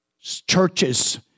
Churches